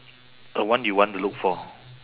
a one you want to look for